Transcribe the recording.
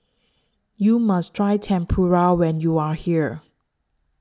YOU must Try Tempura when YOU Are here